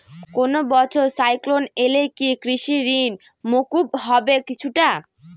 কোনো বছর সাইক্লোন এলে কি কৃষি ঋণ মকুব হবে কিছুটা?